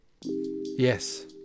Yes